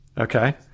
Okay